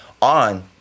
on